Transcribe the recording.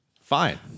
Fine